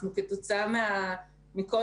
כתוצאה מכך